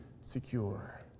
secure